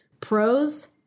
Pros